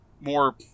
more